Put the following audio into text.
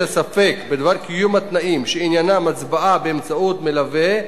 ספק בדבר קיום התנאים שעניינם הצבעה באמצעות מלווה,